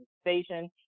Station